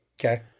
Okay